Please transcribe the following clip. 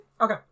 Okay